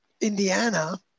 Indiana